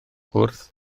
wrth